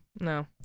no